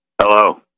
Hello